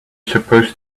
supposed